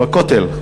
בכותל.